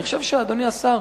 אני חושב שאדוני השר,